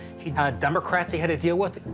he had democrats he had to deal with.